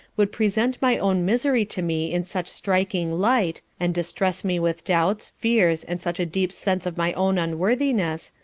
would present my own misery to me in such striking light, and distress me with doubts, fears, and such a deep sense of my own unworthiness,